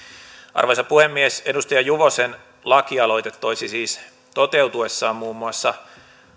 arvoisa puhemies edustaja juvosen lakialoite toisi siis toteutuessaan muun muassa